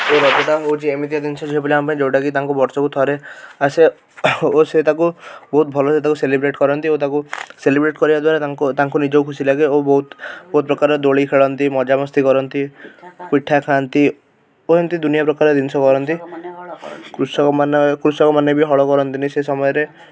ଏଇ ରଜ ଟା ହେଉଛି ଏମିତି କା ଜିନିଷ ଝିଅ ପିଲାଙ୍କ ପାଇଁ ଯେଉଁଟା କି ତାଙ୍କୁ ବର୍ଷକୁ ଥରେ ଆସେ ଓ ସେ ତାକୁ ବହୁତ ଭଲ ସେ ତାକୁ ସେଲିବ୍ରେଟ କରନ୍ତି ଓ ତାକୁ ସେଲିବ୍ରେଟ କରିବା ଦ୍ୱାରା ତାଙ୍କୁ ନିଜକୁ ଖୁସି ଲାଗେ ଓ ବହୁତ ପ୍ରକାର ଦୋଳି ଖେଳନ୍ତି ମଜା ମସ୍ତି କରନ୍ତି ପିଠା ଖାଆନ୍ତି ଓ ଏମିତି ଦୁନିଆ ପ୍ରକାର ଜିନିଷ କରନ୍ତି କୃଷକ ମାନେ କୃଷକ ମାନେ ବି ହଳ କରନ୍ତିନି ସେ ସମୟରେ